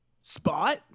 spot